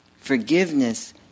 Forgiveness